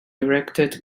erected